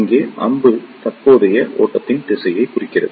இங்கே அம்பு தற்போதைய ஓட்டத்தின் திசையை குறிக்கிறது